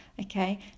okay